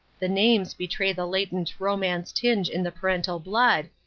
the names betray the latent romance-tinge in the parental blood,